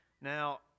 Now